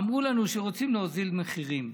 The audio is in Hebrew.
אמרו לנו שרוצים להוריד מחירים,